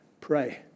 Pray